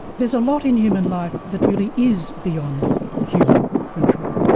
there's a lot in human life that really is beyond human control,